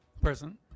Present